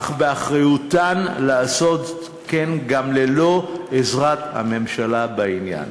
אך באחריותן לעשות כן גם ללא עזרת הממשלה בעניין.